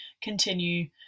continue